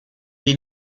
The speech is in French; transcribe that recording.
est